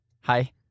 hi